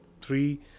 three